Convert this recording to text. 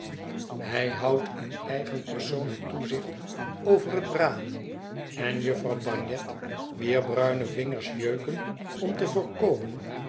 hij houdt in eigen persoon het verlaten huis het toezicht over het braden en jufvrouw bagnet wier bruine vingers jeuken om te voorkomen